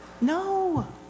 No